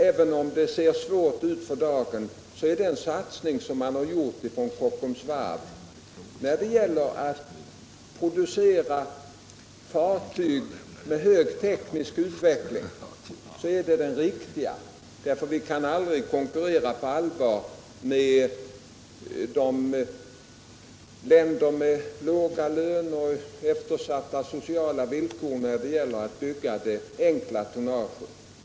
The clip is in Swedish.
Även om det ser svårt ut för dagen tycker jag att den satsning är riktig som Kockums varv har gjort när det gäller att producera fartyg med hög teknisk utveckling, Vi kan nämligen aldrig konkurrera på allvar med länder med låga löner och eftersatta sociala villkor när det gäller att bygga det enkla tonnaget.